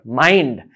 mind